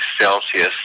Celsius